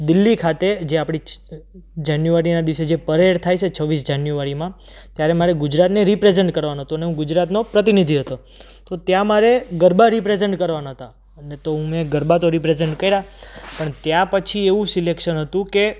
દિલ્હી ખાતે જે આપણી જાન્યુઆરીના દિવસે જે પરેડ થાય છે છવ્વીસ જાન્યુઆરીમાં ત્યારે મારે ગુજરાતને રિપ્રેજેંટ કરવાનું હતું ને હું ગુજરાતનો પ્રતિનિધિ હતો તો ત્યાં મારે ગરબા રિપ્રેજેંટ કરવાના હતા અને તો મેં ગરબા તો રિપ્રેજેંટ કર્યા પણ ત્યાં પછી એવું સિલેક્શન હતું કે